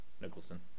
Nicholson